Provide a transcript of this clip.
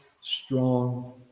strong